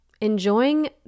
enjoying